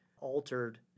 altered